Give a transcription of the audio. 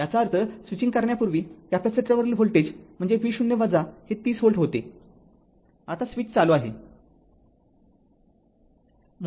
याचा अर्थ स्विचिंग करण्यापूर्वी कॅपेसिटरवरील व्होल्टेज म्हणजे v0 हे ३० व्होल्ट होते आता स्विच चालू आहे